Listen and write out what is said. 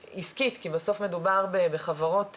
אמא שלי היא אישה לקוית ראייה עם תעודת